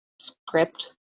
script